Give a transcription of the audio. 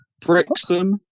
Brixham